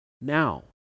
now